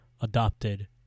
adopted